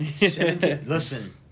Listen